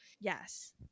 yes